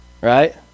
right